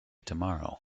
tomorrow